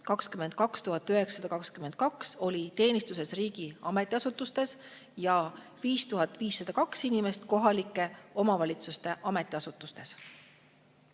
inimest oli teenistuses riigi ametiasutustes ja 5502 inimest kohalike omavalitsuste ametiasutustes.